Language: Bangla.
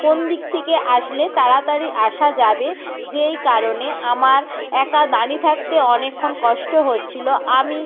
কোন দিক থেকে আসলে তাড়াতাড়ি আসা যাবে যেই কারণে আমার একা দাঁড়িয়ে থাকতে অনেকক্ষণ কষ্ট হচ্ছিল আমি